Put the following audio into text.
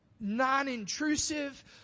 non-intrusive